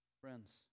Friends